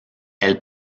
elle